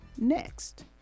next